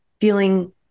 feeling